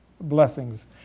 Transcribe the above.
Blessings